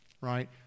right